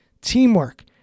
teamwork